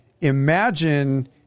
imagine